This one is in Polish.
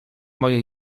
moje